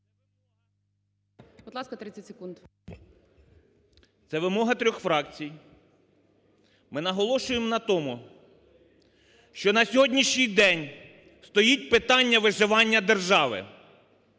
Це вимога трьох фракцій. Ми наголошуємо на тому, що на сьогоднішній день стоїть питання виживання держави,